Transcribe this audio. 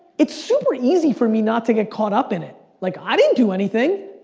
it's super easy for me not to get caught up in it. like, i didn't do anything.